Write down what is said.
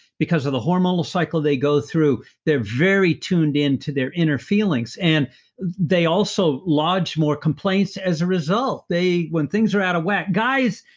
because of the hormonal cycle they go through, they're very tuned in to their inner feelings. and they also lodge more complaints as a result. when things are out of whack, guys,